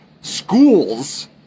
schools